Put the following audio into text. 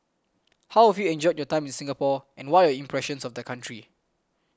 how have you enjoyed your time in Singapore and what are your impressions of the country